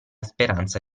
speranza